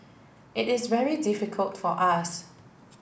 it is very difficult for us